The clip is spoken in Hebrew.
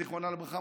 זיכרונה לברכה,